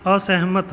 ਅਸਹਿਮਤ